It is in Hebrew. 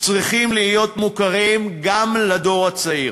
צריכים להיות מוכרים גם לדור הצעיר.